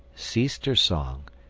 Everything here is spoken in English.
ceased her song,